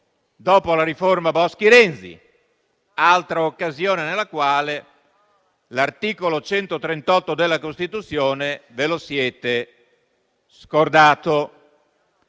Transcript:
dopo la riforma Boschi-Renzi, altra occasione nella quale l'articolo 138 della Costituzione ve lo siete scordato?